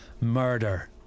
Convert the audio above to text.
Murder